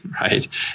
right